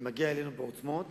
ומגיע אלינו בעוצמות